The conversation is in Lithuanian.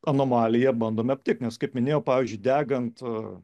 anomaliją bandom aptikt nes kaip minėjau pavyzdžiui degant